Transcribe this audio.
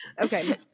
okay